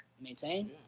maintain